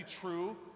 true